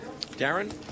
Darren